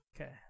Okay